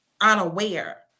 unaware